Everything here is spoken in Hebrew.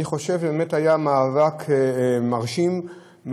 היה מאבק מרשים,